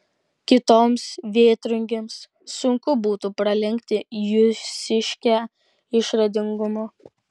kitoms vėtrungėms sunku būtų pralenkti jūsiškę išradingumu